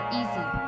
easy